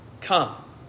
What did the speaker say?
Come